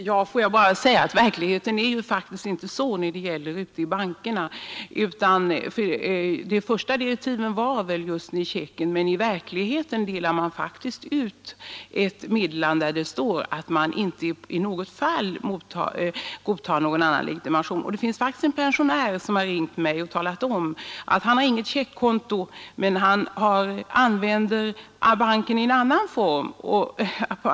Herr talman! Bankerna arbetar faktiskt inte så. Det är riktigt att de första direktiven från bankerna gällde just checkerna, men bankerna delar ut meddelanden, där det heter att bankerna inte i något fall godtar annan legitimationshandling än ID-kort. En pensionär har ringt mig och omtalat att han inte har något checkkonto men att han använder banken för andra syften.